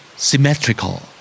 Symmetrical